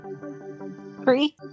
Three